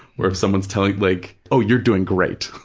where if someone's telling, like, oh, you're doing great,